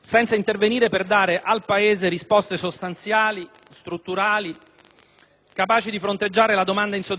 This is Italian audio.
senza intervenire per dare al Paese risposte sostanziali, strutturali, capaci di fronteggiare la domanda insoddisfatta di *housing* sociale.